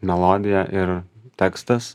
melodija ir tekstas